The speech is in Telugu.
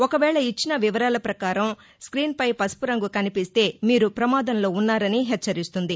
ఒకవేళ ఇచ్చిన వివరాల ప్రకారం స్క్రీన్పై పసుపు రంగు కనిపిస్తే మీరు ప్రమాదంలో ఉన్నారని హెచ్చరిస్తుంది